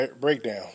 breakdown